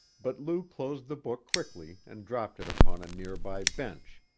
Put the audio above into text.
but lou closed the book quickly and dropped it upon a near-by bench,